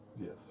Yes